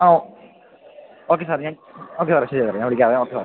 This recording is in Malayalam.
ആ ഓ ഓക്കെ സാർ ഞാൻ ഓക്കെ സാറെ ശരി സാറെ ഞാൻ വിളിക്കാവേ ഓക്കെ സാറെ